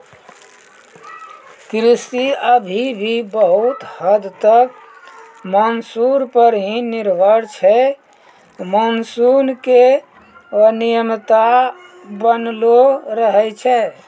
कृषि अभी भी बहुत हद तक मानसून पर हीं निर्भर छै मानसून के अनियमितता बनलो रहै छै